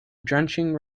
drenching